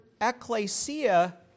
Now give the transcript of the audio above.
ecclesia